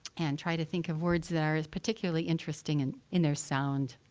and try to think of words that are particularly interesting and in their sound.